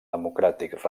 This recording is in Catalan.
democràtic